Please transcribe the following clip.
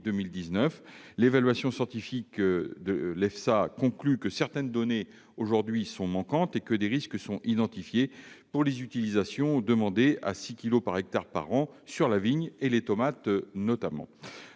L'évaluation scientifique de l'EFSA conclut que certaines données sont manquantes et que des risques sont identifiés pour les utilisations demandées à 6 kilogrammes par hectare et par an sur la vigne et les tomates notamment.